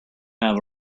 have